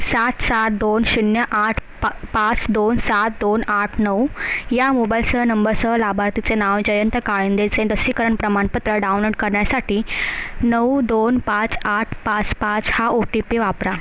सात सात दोन शून्य आठ पा पाच दोन सात दोन आठ नऊ या मोबाईलसह नंबरसह लाभार्थीचे नाव जयंत काळींदेचे लसीकरण प्रमाणपत्र डाउनलोड करण्यासाठी नऊ दोन पाच आठ पाच पाच हा ओ टी पी वापरा